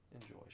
Enjoy